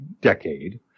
decade